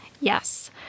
Yes